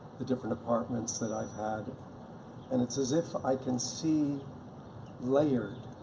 the different apartments that i've had and it's as if i can see layered